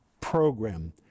program